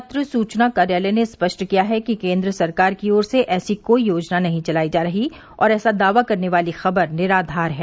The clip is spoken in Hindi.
पत्र सूचना कार्यालय ने स्पष्ट किया है कि केंद्र सरकार की ओर से ऐसी कोई योजना नहीं चलाई जा रही और ऐसा दावा करने वाली खबर निराधार है